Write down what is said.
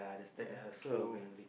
ya so